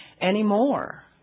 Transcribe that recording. anymore